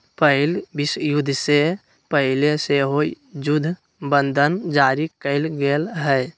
पहिल विश्वयुद्ध से पहिले सेहो जुद्ध बंधन जारी कयल गेल हइ